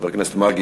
חבר הכנסת מרגי,